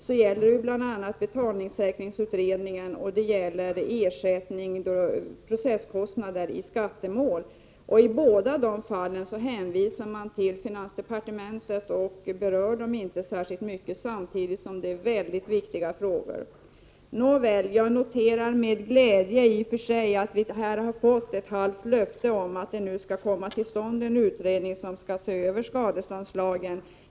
Jag tänker då på frågorna om betalningssäkringsutredningen och om ersättning för processkostnader i skattemål. I båda de fallen hänvisar justitieministern till finansdepartementet och berör inte frågorna särskilt mycket. Nåväl, jag noterar i och för sig med glädje att vi här har fått ett halvt löfte om att det nu skall komma till stånd en utredning som skall se över skadeståndslagen.